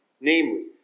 namely